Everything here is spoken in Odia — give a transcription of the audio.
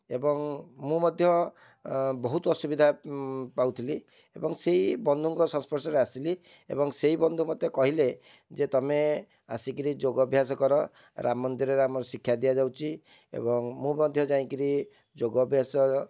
ଏବଂ ମୁଁ ମଧ୍ୟ ବହୁତ ଅସୁବିଧା ପାଉଥିଲି ଏବଂ ସେହି ବନ୍ଧୁଙ୍କ ସଂସ୍ପର୍ଶରେ ଆସିଲି ଏବଂ ସେହି ବନ୍ଧୁ ମୋତେ କହିଲେ ଯେ ତୁମେ ଆସିକରି ଯୋଗଭ୍ୟାସ କର ରାମ ମନ୍ଦିରରେ ଆମର ଶିକ୍ଷା ଦିଆଯାଉଛି ଏବଂ ମୁଁ ମଧ୍ୟ ଯାଇକରି ଯୋଗ ଅଭ୍ୟାସ